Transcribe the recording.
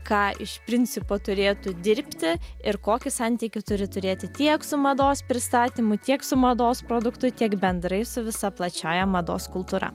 ką iš principo turėtų dirbti ir kokį santykį turi turėti tiek su mados pristatymu tiek su mados produktu tiek bendrai su visa plačiąja mados kultūra